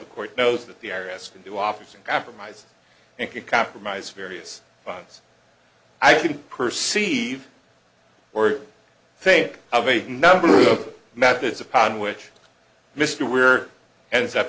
the court knows that the areas can do office and compromise and can compromise various items i can perceive or think of a number of methods upon which mr ware ends up